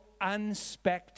unspectacular